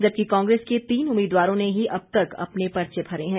जबकि कांग्रेस के तीन उम्मीदवारों ने ही अब तक अपने पर्चे भरे हैं